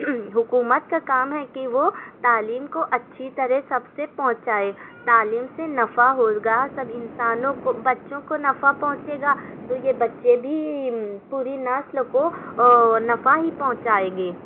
حکومت کا کام ہے کہ وہ تعلیم کو اچھی طرح سب سے پہنچائے تعلیم سے نفع روزگار سب انسانوں کو بچوں کو نفع پہنچے گا تو یہ بچے بھی پوری نسل کو نفع ہی پہنچائیں گے